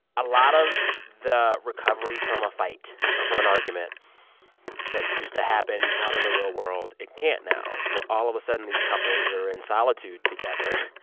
a lot of the recovery from a fight or from an argument that used to happen out in the real world it can't now. so all of a sudden, these couples are in solitude together.